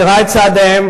מצרה את צעדיהם,